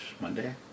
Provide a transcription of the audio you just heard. Monday